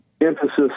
emphasis